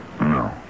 No